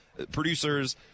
producers